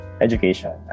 education